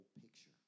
picture